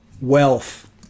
wealth